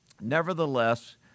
Nevertheless